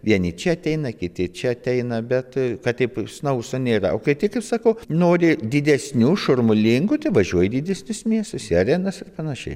vieni čia ateina kiti čia ateina bet kad taip snaustų nėra o kai tik ir sakau nori didesnių šurmulingų tai važiuoja į didesnius miestus į arenas ir panašiai